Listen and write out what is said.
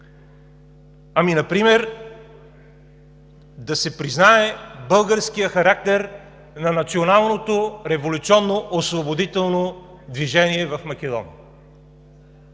Например да се признае българският характер на националното революционно освободително движение в Македония.